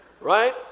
right